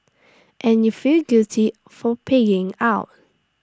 and you feel guilty for pigging out